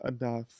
enough